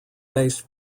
based